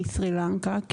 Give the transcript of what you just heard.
מסרילנקה.